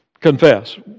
confess